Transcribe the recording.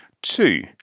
Two